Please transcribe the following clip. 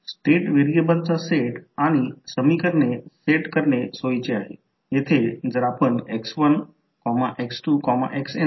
तर mutual inductance आणि voltage generator अशा प्रकारे फ्रिक्वेंसी डोमेनमध्ये बदलू शकतो येथे म्युच्युअल इंडक्टन्स आणि व्होल्टेज जनरेटर लिहू शकतो जणू काही व्होल्टेज निर्माण करत आहे